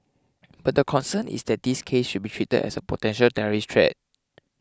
but the concern is that these cases should be treated as a potential terrorist threat